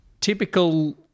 Typical